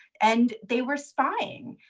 and they were spying.